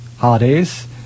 holidays